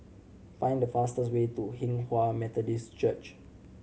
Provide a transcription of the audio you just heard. find the fastest way to Hinghwa Methodist Church